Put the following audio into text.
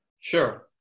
Sure